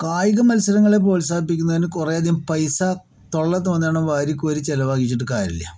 കായികമത്സരങ്ങളെ പ്രോത്സാഹിപ്പിക്കുന്നതിന് കുറെയധികം പൈസ തൊള്ളേ തോന്നിയോണം വാരികോരി ചെലവാക്കിച്ചിട്ട് കാര്യില്ല